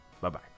Bye-bye